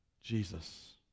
jesus